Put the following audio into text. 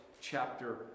chapter